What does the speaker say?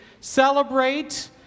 celebrate